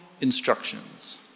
instructions